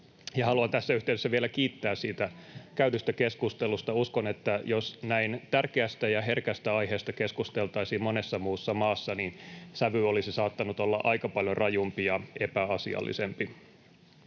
Haluan tässä yhteydessä vielä kiittää siitä käydystä keskustelusta. Uskon, että jos näin tärkeästä ja herkästä aiheesta keskusteltaisiin monessa muussa maassa, niin sävy olisi saattanut olla aika paljon rajumpi ja epäasiallisempi.